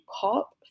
pop